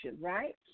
right